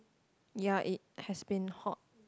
ya it's has been hot